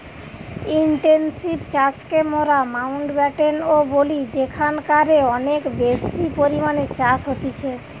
intensive চাষকে মোরা Mountbatten ও বলি যেখানকারে অনেক বেশি পরিমাণে চাষ হতিছে